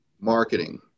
marketing